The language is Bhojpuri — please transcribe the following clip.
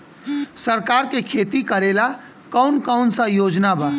सरकार के खेती करेला कौन कौनसा योजना बा?